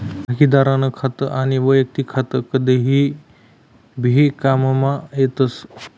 भागिदारीनं खातं आनी वैयक्तिक खातं कदय भी काममा येतस